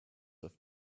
with